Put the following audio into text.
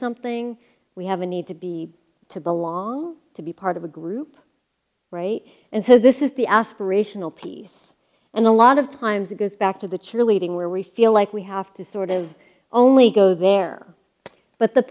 something we have a need to be to belong to be part of a group right and so this is the aspirational piece and a lot of times it goes back to the cheerleading where we feel like we have to sort of only go there but the